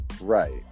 right